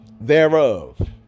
thereof